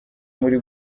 muri